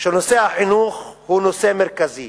שנושא החינוך הוא נושא מרכזי,